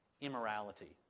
immorality